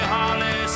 Holly